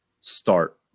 start